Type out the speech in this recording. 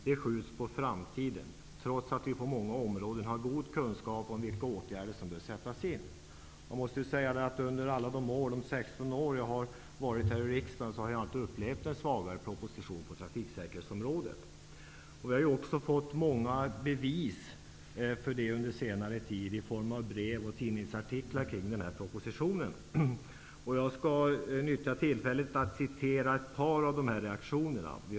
De skjuts på framtiden, trots att vi på många områden har god kunskap om vilka åtgärder som bör vidtas. Under alla de 16 år som jag har varit här i riksdagen har jag inte upplevt en svagare proposition på trafiksäkerhetsområdet. Jag har också fått många bevis för det under senare tid i form av brev och tidningsartiklar om denna proposition. Jag skall passa på att referera ett par av dessa reaktioner.